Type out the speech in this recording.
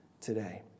today